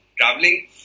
traveling